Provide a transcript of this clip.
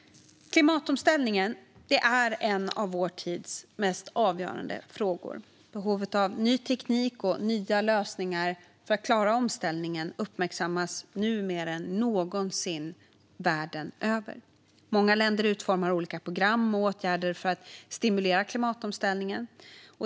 Klimatomställningen är en av vår tids mest avgörande frågor. Behovet av ny teknik och nya lösningar för att klara omställningen uppmärksammas nu mer än någonsin världen över. Många länder utformar olika program och åtgärder för att stimulera klimatomställningen.